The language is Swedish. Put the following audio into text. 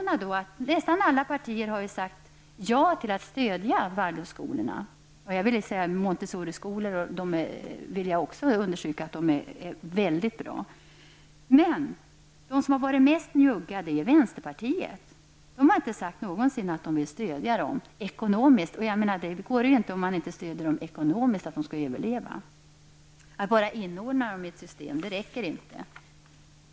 Nästan alla partier har sagt ja till att stödja Waldorfskolorna. Jag tycker även att Montessoriskolorna är mycket bra. De som har varit mest njugga är vänsterpartiet. Man har inte någonsin sagt att man ekonomiskt vill stödja dessa skolor. Om de inte får ekonomiskt stöd kan de inte heller överleva. Att bara inordna dem i ett system räcker inte.